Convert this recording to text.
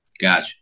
Gotcha